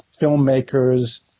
filmmakers